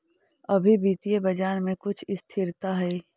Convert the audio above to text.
अभी वित्तीय बाजार में कुछ स्थिरता हई